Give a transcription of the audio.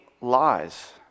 lies